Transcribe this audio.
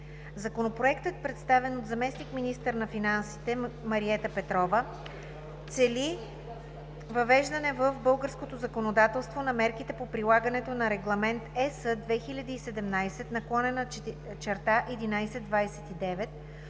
Законопроектът, представен от заместник-министъра на финансите Маринела Петрова, цели въвеждане в българското законодателство на мерките по прилагането на Регламент (ЕС) 2017/1129